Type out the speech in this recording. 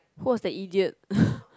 who was the idiot